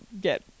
get